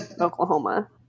Oklahoma